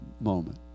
moment